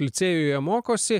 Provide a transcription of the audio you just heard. licėjuje mokosi